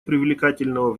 привлекательного